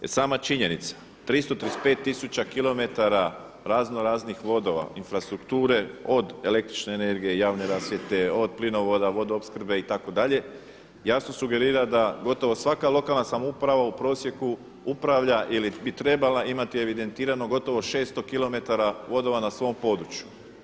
Jer sama činjenica, 335 tisuća kilometra razno raznih vodova, infrastrukture od električne energije, javne rasvjete, od plinovoda, vodoopskrbe itd. jasno sugerira da gotovo svaka lokalna samouprava u prosjeku upravlja ili bi trebala imati evidentirano gotovo 600 kilometara vodova na svom području.